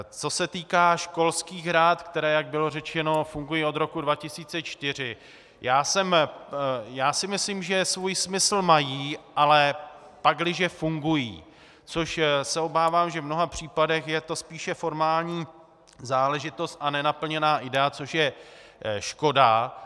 Co se týká školských rad, které, jak bylo řečeno, fungují od roku 2004, já si myslím, že svůj smysl mají, ale pakliže fungují, což se obávám, že v mnoha případech je to spíše formální záležitost a nenaplněná idea, což je škoda.